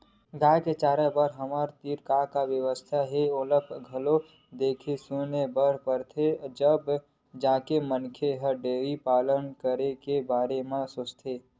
गाय के चारा बर हमर तीर का का बेवस्था हे ओला घलोक देखे सुने बर परथे तब जाके मनखे ह डेयरी पालन करे के बारे म सोचथे